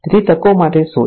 તેથી તકો માટે શોધ